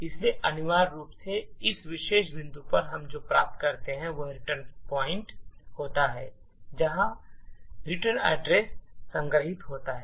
इसलिए अनिवार्य रूप से इस विशेष बिंदु पर हम जो प्राप्त करते हैं वह रिटर्न पॉइंट होता है जहां रिटर्न एड्रेस संग्रहीत होता है